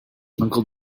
uncle